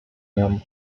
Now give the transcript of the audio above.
nią